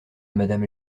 madame